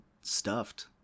stuffed